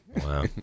Wow